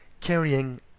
carrying